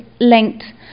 linked